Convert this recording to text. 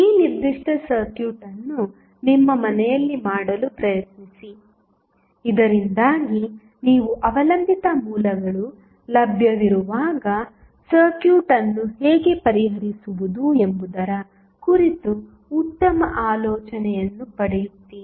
ಈ ನಿರ್ದಿಷ್ಟ ಸರ್ಕ್ಯೂಟ್ ಅನ್ನು ನಿಮ್ಮ ಮನೆಯಲ್ಲಿ ಮಾಡಲು ಪ್ರಯತ್ನಿಸಿ ಇದರಿಂದಾಗಿ ನೀವು ಅವಲಂಬಿತ ಮೂಲಗಳು ಲಭ್ಯವಿರುವಾಗ ಸರ್ಕ್ಯೂಟ್ ಅನ್ನು ಹೇಗೆ ಪರಿಹರಿಸುವುದು ಎಂಬುದರ ಕುರಿತು ಉತ್ತಮ ಆಲೋಚನೆಯನ್ನು ಪಡೆಯುತ್ತೀರಿ